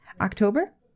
October